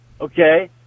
okay